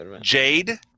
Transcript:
Jade